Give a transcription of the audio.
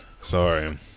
Sorry